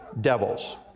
devils